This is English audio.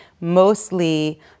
mostly